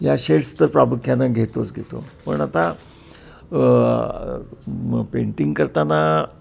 या शेड्स तर प्रामुख्यानं घेतोच घेतो पण आता आ पेंटिंग करताना